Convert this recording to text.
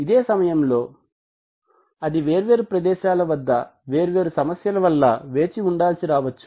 ఇదే సమాయలో అది వేర్వేరు ప్రదేశాల వద్ద వేర్వేరు సమస్యల వలన వేచి ఉండాల్సి రావచ్చు